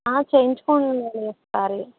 చేయించుకోండి మళ్ళీ ఒకసారి